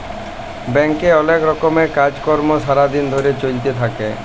ব্যাংকে অলেক রকমের কাজ কর্ম সারা দিন ধরে চ্যলতে থাক্যে